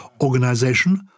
organization